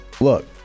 Look